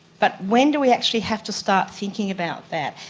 but when do we actually have to start thinking about that?